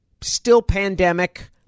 still-pandemic